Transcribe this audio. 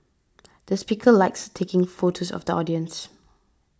the speaker likes taking photos of the audience